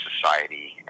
society